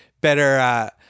better